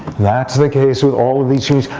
that's the case with all of these genes.